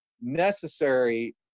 necessary